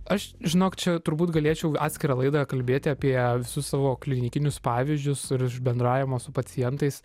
aš žinok čia turbūt galėčiau atskirą laidą kalbėti apie visus savo klinikinius pavyzdžius ir iš bendravimo su pacientais